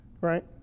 right